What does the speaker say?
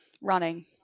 Running